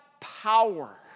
power